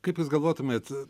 kaip jūs galvotumėt